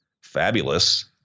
fabulous